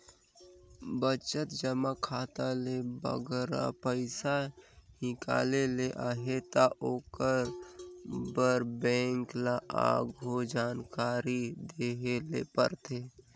बचत जमा खाता ले बगरा पइसा हिंकाले ले अहे ता ओकर बर बेंक ल आघु जानकारी देहे ले परथे